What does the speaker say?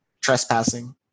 trespassing